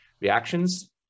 Reactions